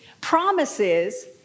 Promises